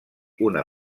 una